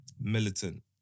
militant